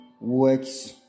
works